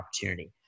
opportunity